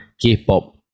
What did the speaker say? K-pop